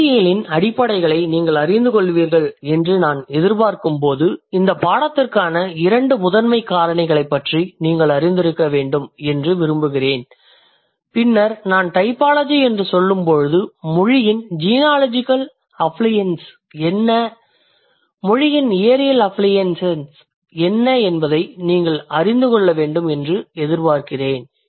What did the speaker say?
மொழியியலின் அடிப்படைகளை நீங்கள் அறிந்து கொள்வீர்கள் என்று நான் எதிர்பார்க்கும்போது இந்த பாடத்திற்கான இரண்டு முதன்மைக் காரணிகளைப் பற்றி நீங்கள் அறிந்திருக்க வேண்டும் என்று விரும்புகிறேன் பின்னர் நான் டைபாலஜி என்று சொல்லும்போது மொழியின் ஜீனாலஜிகல் அஃபிலியெசன்ஸ் என்ன மொழியின் ஏரியல் அஃபிலியேசன்ஸ் என்ன என்பதை நீங்கள் அறிந்து கொள்ள வேண்டும் என்று எதிர்பார்க்கிறேன்